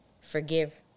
forgive